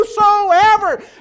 whosoever